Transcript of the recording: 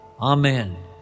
Amen